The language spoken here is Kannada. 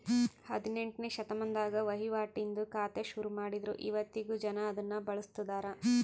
ಹದಿನೆಂಟ್ನೆ ಶತಮಾನದಾಗ ವಹಿವಾಟಿಂದು ಖಾತೆ ಶುರುಮಾಡಿದ್ರು ಇವತ್ತಿಗೂ ಜನ ಅದುನ್ನ ಬಳುಸ್ತದರ